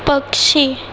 पक्षी